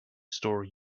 story